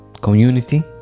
community